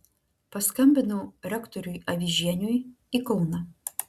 paskambinau rektoriui avižieniui į kauną